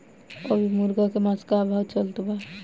अभी मुर्गा के मांस के का भाव चलत बा?